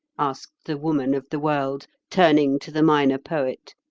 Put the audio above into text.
asked the woman of the world, turning to the minor poet.